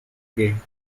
game